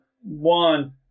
One